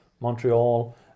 Montreal